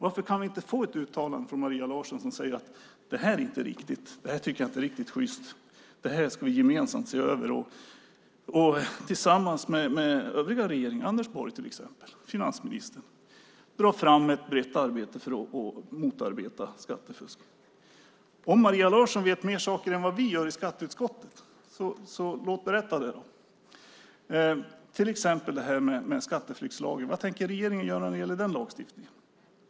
Varför kan vi inte få ett uttalande från Maria Larsson som säger att det här inte är riktigt, att det här inte är riktigt sjyst, det här ska vi gemensamt se över, tillsammans med till exempel finansminister Anders Borg, och ta fram ett brett arbete för att motarbeta skattefusk? Om Maria Larsson vet mer saker än vi i skatteutskottet, så berätta det! Vad tänker regeringen göra när det gäller skatteflyktslagstiftningen?